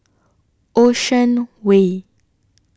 Ocean Way